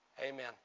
Amen